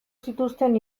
zituzten